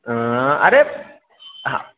हाँ अरे हाँ